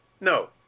No